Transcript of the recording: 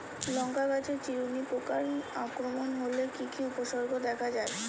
লঙ্কা গাছের চিরুনি পোকার আক্রমণ হলে কি কি উপসর্গ দেখা যায়?